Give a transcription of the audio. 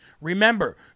Remember